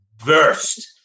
versed